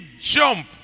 jump